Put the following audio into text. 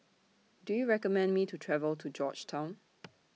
Do YOU recommend Me to travel to Georgetown